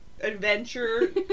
adventure